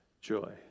joy